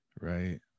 Right